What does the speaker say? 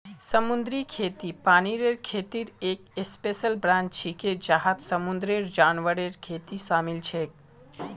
समुद्री खेती पानीर खेतीर एक स्पेशल ब्रांच छिके जहात समुंदरेर जानवरेर खेती शामिल छेक